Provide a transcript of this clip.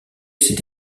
ces